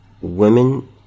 Women